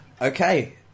Okay